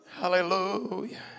Hallelujah